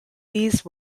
these